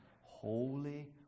Holy